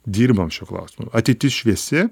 dirbam šiuo klausimu ateitis šviesi